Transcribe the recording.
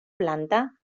planta